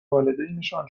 والدینشان